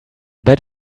bet